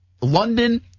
London